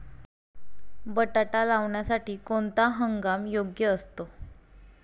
बटाटा लावण्यासाठी कोणता हंगाम योग्य असतो?